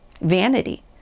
Vanity